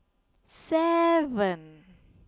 seven